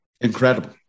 incredible